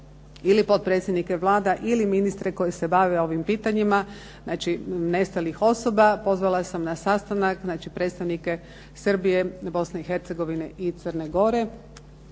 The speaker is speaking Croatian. ili potpredsjednike vlada ili ministre koji se bave ovim pitanjima, znači nestalih osoba. Pozvala sam na sastanak znači predstavnike Srbije, Bosne i Hercegovine i Crne Gore.